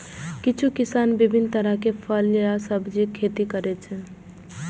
किछु किसान विभिन्न तरहक फल आ सब्जीक खेती करै छै